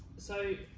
so,